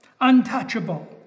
untouchable